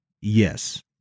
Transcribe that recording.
Yes